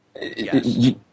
Yes